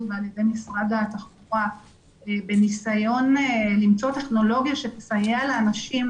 ועל ידי משרד התחבורה בניסיון למצוא טכנולוגיה שתסייע לאנשים